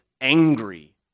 angry